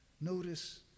Notice